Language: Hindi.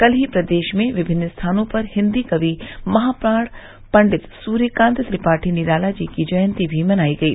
कल ही प्रदेश में विभिन्न स्थानों पर हिन्दी कवि महाप्राण पण्डित सूर्यकांत त्रिपाठी निराला की जयंती भी मनायी गयी